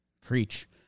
Preach